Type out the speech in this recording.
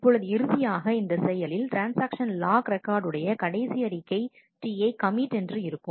இப்பொழுது இறுதியாக இந்த செயலில் ட்ரான்ஸ்ஆக்ஷன் லாக் ரெக்கார்டுஉடைய கடைசி அறிக்கை Ti கமிட் என்று இருக்கும்